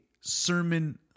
sermon